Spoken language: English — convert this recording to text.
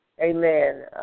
Amen